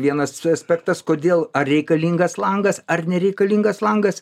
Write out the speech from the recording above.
vienas aspektas kodėl ar reikalingas langas ar nereikalingas langas